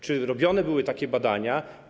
Czy robione były takie badania?